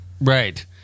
Right